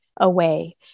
away